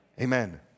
Amen